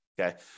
okay